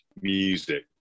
music